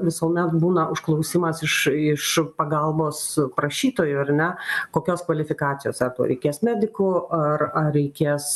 visuomet būna užklausimas iš iš pagalbos prašytojų ar ne kokios kvalifikacijos ar tau reikės medikų ar ar reikės